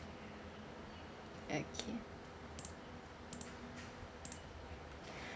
okay